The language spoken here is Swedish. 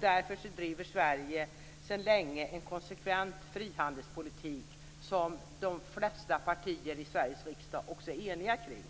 Därför driver Sverige sedan länge en konsekvent frihandelspolitik som de flesta partier i Sveriges riksdag också är eniga kring.